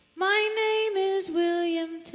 my name is william